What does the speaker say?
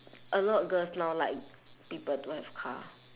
a lot girls now like people don't have a car